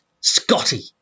Scotty